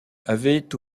avait